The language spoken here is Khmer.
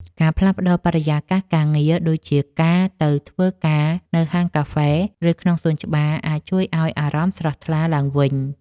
ការផ្លាស់ប្តូរបរិយាកាសការងារ ដូចជាការទៅធ្វើការនៅហាងកាហ្វេ ឬក្នុងសួនច្បារ អាចជួយឱ្យអារម្មណ៍ស្រស់ថ្លាឡើងវិញ។